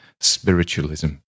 spiritualism